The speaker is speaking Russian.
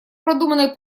продуманной